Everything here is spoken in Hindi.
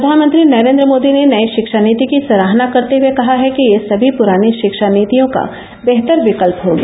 प्रधानमंत्री नरेन्द्र मोदी ने नई शिक्षा नीति की सराहना करते हए कहा है कि यह सभी प्रानी शिक्षा नीतियों का बेहतर विकल्प होगी